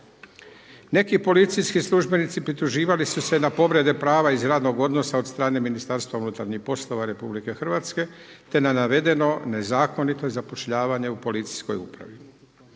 Neki policijski službenici prituživali su se na povrede prava iz radnog odnosa od strane Ministarstva unutarnjih poslova RH te na navedeno nezakonito zapošljavanje u policijskoj upravi.